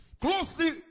closely